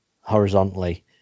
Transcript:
horizontally